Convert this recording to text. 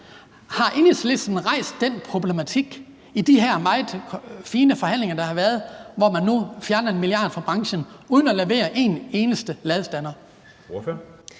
Har Enhedslisten rejst den problematik i de her meget fine forhandlinger, der har været, hvor man nu fjerner 1 mia. kr. fra branchen uden at levere en eneste ladestander?